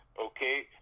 okay